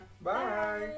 Bye